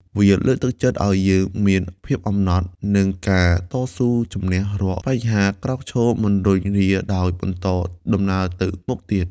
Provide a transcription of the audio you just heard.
វាលើកទឹកចិត្តឲ្យយើងមាន ភាពអំណត់ និងការតស៊ូជំនះរាល់បញ្ហាក្រោកឈរមិនរុញរាដោយបន្តដំណើរទៅមុខទៀត ។